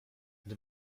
gdy